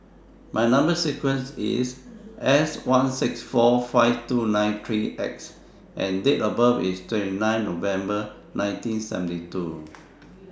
Number sequence IS S one six four five two nine three X and Date of birth IS twenty nine November nineteen seventy two